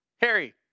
Harry